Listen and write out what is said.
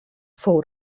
fou